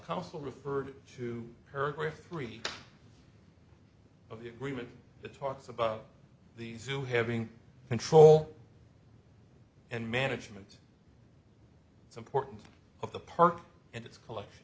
council referred to paragraph three of the agreement that talks about the zoo having control and management it's important of the park and its collect